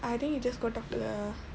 I think you just go talk to the